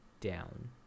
down